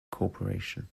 corporation